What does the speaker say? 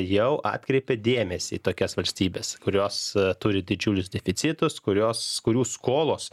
jau atkreipė dėmesį tokias valstybes kurios turi didžiulius deficitus kurios kurių skolos